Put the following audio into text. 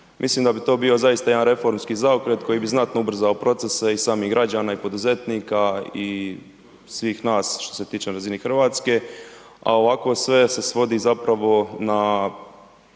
Mislim da bi to bio zaista jedan reformski zaokret koji bi znatno ubrzao procese i samih građana i poduzetnika i svih nas što se tiče na razini RH, a ovako sve se svodi zapravo na